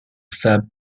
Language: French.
femmes